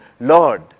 Lord